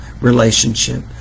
relationship